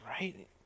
right